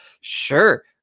sure